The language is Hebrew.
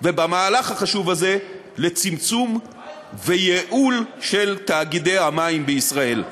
ובמהלך החשוב הזה לצמצום ולייעול תאגידי המים בישראל.